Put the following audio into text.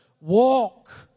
walk